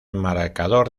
marcador